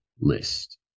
list